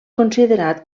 considerat